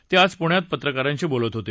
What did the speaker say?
ते आज पुण्यात पत्रकारांशी बोलत होते